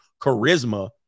charisma